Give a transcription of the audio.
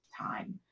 time